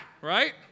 right